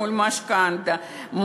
מול משכנתה,